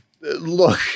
look